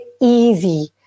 easy